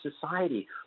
society